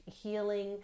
healing